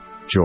joy